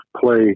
play